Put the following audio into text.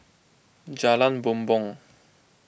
Jalan Bumbong